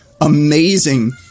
amazing